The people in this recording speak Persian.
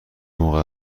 موقع